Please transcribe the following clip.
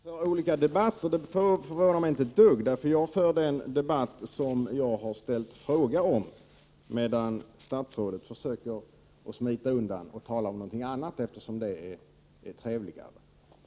tokalprablem Herr talman! Att vi för olika debatter förvånar mig inte ett dugg. Jag för en debatt om det som min fråga handlar om, medan statsrådet försöker smita undan och tala om något annat som är trevligare.